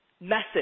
message